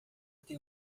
tem